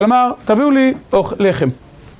כלומר, תביאו לי אוכ... לחם.